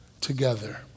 together